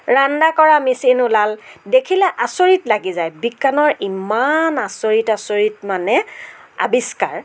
ৰান্দা কৰা মেচিন ওলাল দেখিলে আচৰিত লাগি যায় বিজ্ঞানৰ ইমান আচৰিত আচৰিত মানে আৱিষ্কাৰ